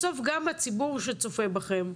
בסוף גם הציבור שצופה בכם,